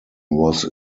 was